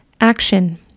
Action